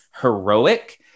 heroic